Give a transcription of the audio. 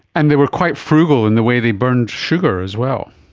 and they were quite frugal in the way they burned sugar as well.